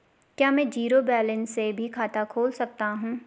क्या में zero balance से भी खाता खोल सकता हूँ?